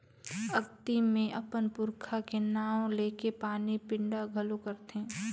अक्ती मे अपन पूरखा के नांव लेके पानी पिंडा घलो करथे